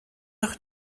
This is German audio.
doch